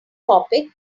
topic